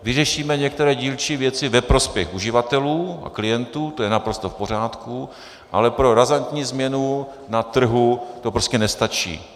Vyřešíme některé dílčí věci ve prospěch uživatelů a klientů, to je naprosto v pořádku, ale pro razantní změnu na trhu, to prostě nestačí.